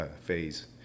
phase